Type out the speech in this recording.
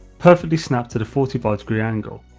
perfectly snapped at a forty five degree angle,